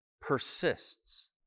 persists